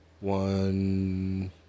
One